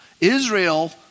Israel